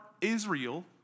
Israel